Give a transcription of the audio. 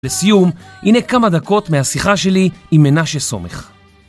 לסיום, הנה כמה דקות מהשיחה שלי עם מנשה סומך.